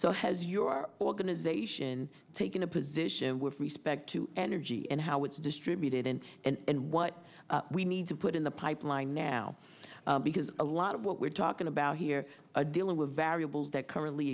so has your organization taken a position with respect to energy and how it's distributed and and what we need to put in the pipeline now because a lot of what we're talking about here are dealing with variables that currently